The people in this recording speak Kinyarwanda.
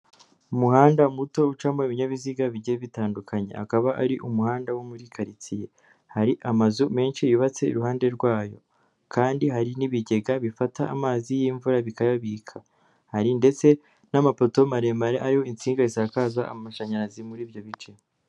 Umuhanda muto ucamo ibinyabiziga bigiye bitandukanye, akaba ari umuhanda wo muri uritsiye, hari amazu menshi yubatse iruhande rwayo kandi hari n'ibigega bifata amazi y'imvura bikayabika, hari ndetse n'amapoto maremare ariho insinga zisakaza amashanyarazi muri ibyo bice.